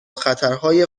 خطرهای